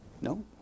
No